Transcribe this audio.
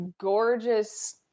gorgeous